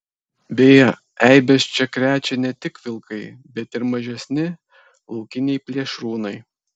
beje eibes čia krečia ne tik vilkai bet ir mažesni laukiniai plėšrūnai